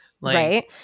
right